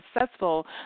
successful